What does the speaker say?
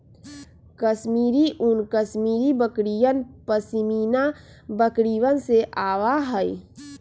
कश्मीरी ऊन कश्मीरी बकरियन, पश्मीना बकरिवन से आवा हई